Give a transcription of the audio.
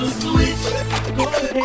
switch